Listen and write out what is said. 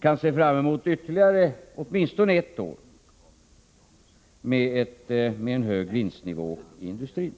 kan se fram mot ytterligare åtminstone ett år med hög vinstnivå i industrin.